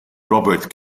robert